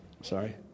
Sorry